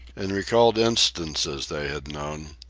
and recalled instances they had known,